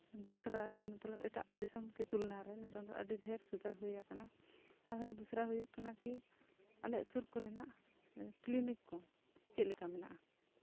ᱫᱚᱥᱨᱟ ᱢᱚᱛᱞᱚᱵᱽ ᱮᱴᱟᱜ ᱫᱤᱥᱚᱢ ᱠᱤ ᱛᱩᱞᱚᱱᱟ ᱨᱮ ᱱᱤᱛᱚᱝ ᱫᱚ ᱟᱹᱰᱤ ᱰᱷᱮᱨ ᱥᱩᱫᱷᱟᱹᱨ ᱦᱩᱭᱟᱠᱟᱱᱟ ᱟᱨᱦᱚᱸ ᱫᱚᱥᱨᱟ ᱦᱩᱭᱩᱜ ᱠᱟᱱᱟ ᱠᱤ ᱟᱞᱮᱭᱟᱜ ᱥᱩᱨ ᱠᱚᱨᱮᱱᱟᱜ ᱠᱞᱤᱱᱤᱠ ᱠᱚ ᱪᱮᱫ ᱞᱮᱠᱟ ᱢᱮᱱᱟᱜᱼᱟ